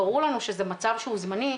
ברור לנו שזה מצב שהוא זמני.